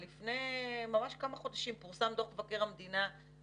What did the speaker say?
אבל לפני כמה חודשים פורסם דוח מבקר המדינה ל-2019,